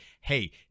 hey